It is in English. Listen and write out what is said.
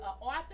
author